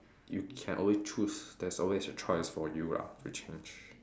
you can always choose there's always a choice for you ah to change